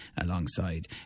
alongside